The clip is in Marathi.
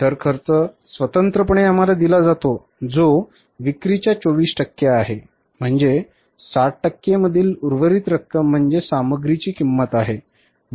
इतर खर्च स्वतंत्रपणे आम्हाला दिला जातो जो विक्रीच्या 24 टक्के आहे म्हणजे 60 टक्के मधील उर्वरित रक्कम म्हणजे सामग्रीची किंमत आहे